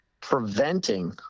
preventing